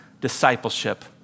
discipleship